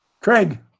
Craig